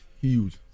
huge